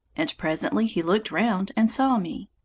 and presently he looked round and saw me.